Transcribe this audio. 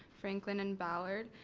franklin and ballard.